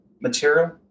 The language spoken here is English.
material